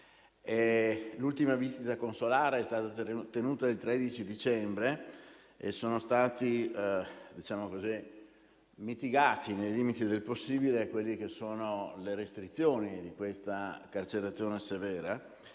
L'ultima visita consolare si è tenuta il 13 dicembre e sono state mitigate, nei limiti del possibile, le restrizioni di questa carcerazione severa.